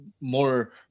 more